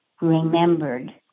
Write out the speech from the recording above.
remembered